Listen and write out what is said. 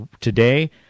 today